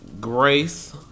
Grace